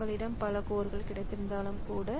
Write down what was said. உங்களிடம் பல கோர்கள் கிடைத்திருந்தாலும் கூட